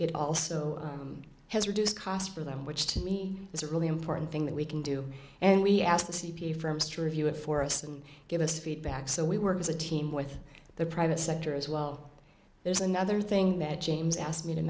it also has reduced cost for them which to me is a really important thing that we can do and we ask the c p a firm street view it for us and give us feedback so we work as a team with the private sector as well there's another thing that james asked me to